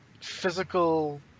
physical